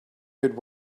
good